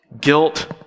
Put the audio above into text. guilt